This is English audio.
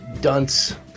dunce